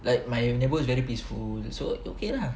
like my neighbourhood is very peaceful so okay lah